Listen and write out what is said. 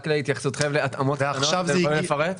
רק להתייחסותכם להתאמות, אתה יכול לפרט?